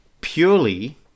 purely